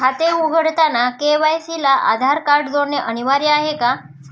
खाते उघडताना के.वाय.सी ला आधार कार्ड जोडणे अनिवार्य आहे का?